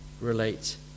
relate